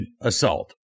assault